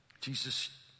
Jesus